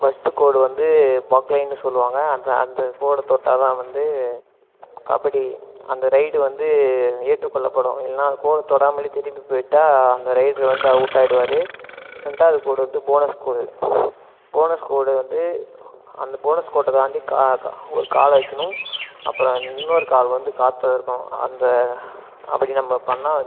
first கோடு வந்து பொக்லைன்னு சொல்லுவாங்க அந்த அந்தக் கோடை தொட்டால்தான் வந்து கபடி அந்த ரைடு வந்து ஏற்றுக்கொள்ளப்படும் இல்லைனா கோடை தொடாமலே திருப்பி போய்விட்டா அந்த ரைடர் வந்து அவுட் ஆகிடுவாரு ரெண்டாவது கோடு வந்து போனஸ் கோடு போனஸ் கோடு வந்து அந்த போனஸ் கோட்டை தாண்டி கா கா ஒரு காலை வைக்கணும் அப்புறம் இன்னொரு கால் வந்து காத்துலேருக்கும் அந்த அப்படி நம்ம பண்ணால்